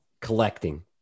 collecting